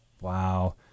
Wow